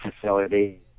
facility